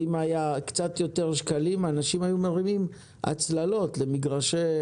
אם היו קצת יותר שקלים אנשים היו מרימים הצללות למגרשים.